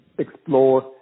explore